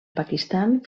pakistan